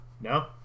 no